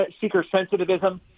seeker-sensitivism